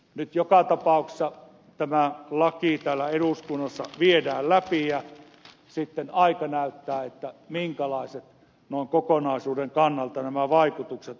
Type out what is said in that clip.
nyt joka tapauksessa tämä laki täällä eduskunnassa viedään läpi ja sitten aika näyttää minkälaiset nämä vaikutukset kokonaisuuden kannalta ovat